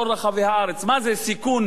מה זה, סיכון מבוטל?